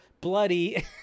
bloody